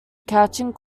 catching